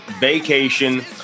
vacation